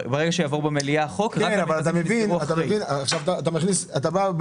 ברגע שיעבור במליאה חוק --- עכשיו אתה אומר להם